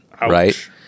right